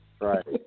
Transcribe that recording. Right